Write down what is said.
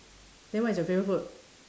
then what is your favourite food